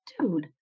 dude